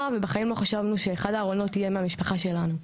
ובחיים לא חשבנו שאחד הארונות יהיה מהמשפחה שלנו.